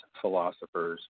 Philosophers